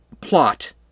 plot